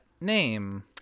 name